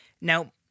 Now